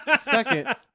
Second